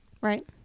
Right